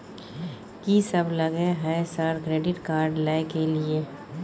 कि सब लगय हय सर क्रेडिट कार्ड लय के लिए?